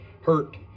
hurt